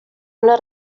una